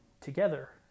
together